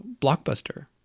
Blockbuster